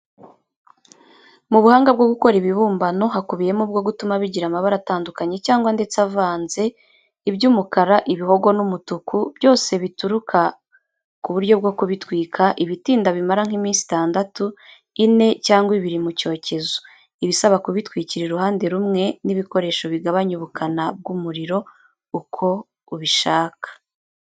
Mu buhanga bwo gukora ibibumbano, hakubiyemo ubwo gutuma bigira amabara atandukanye cyangwa ndetse avanze, iby'umukara, ibihogo n'umutuku, byose bituruka ku buryo bwo kubitwika, ibitinda bimara nk'iminsi itandatu, ine cyangwa ibiri mu cyokezo, ibisaba kubitwikira uruhande rumwe n'ibikoresho bigabanya ubukana bw'umuriro, uko ubishaka.